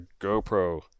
GoPro